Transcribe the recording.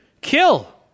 Kill